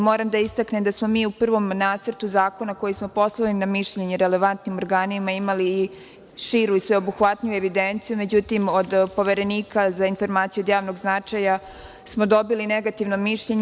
Moram da istaknem da smo mi u prvom Nacrtu zakona, koji smo poslali na mišljenje relevantnim organima, imali širu i sveobuhvatniju evidenciju, međutim, od Poverenika za informacije od javnog značaja smo dobili negativno mišljenje.